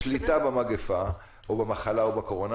השליטה במגיפה או במחלה או בקורונה,